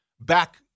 back